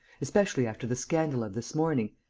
especially after the scandal of this morning,